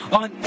on